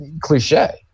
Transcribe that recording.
cliche